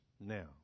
Now